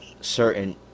certain